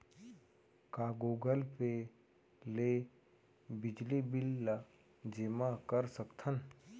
का Google pay ले बिजली बिल ल जेमा कर सकथन?